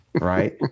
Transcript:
right